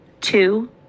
two